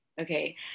Okay